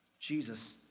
Jesus